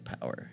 Power